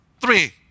three